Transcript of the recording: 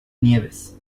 nieves